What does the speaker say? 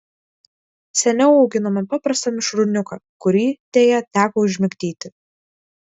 seniau auginome paprastą mišrūniuką kurį deja teko užmigdyti